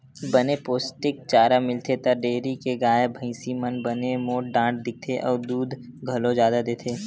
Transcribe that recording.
बने पोस्टिक चारा मिलथे त डेयरी के गाय, भइसी मन बने मोठ डांठ दिखथे अउ दूद घलो जादा देथे